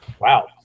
Wow